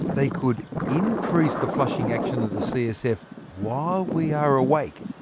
they could increase the flushing action of the csf while we are awake,